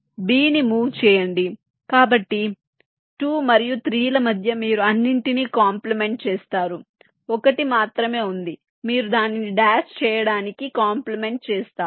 b ని move చేయండి కాబట్టి 2 మరియు 3 ల మధ్య మీరు అన్నింటినీ కాంప్లిమెంట్ చేస్తారు ఒకటి మాత్రమే ఉంది మీరు దానిని డాష్ చేయడానికి కాంప్లిమెంట్ చేస్తారు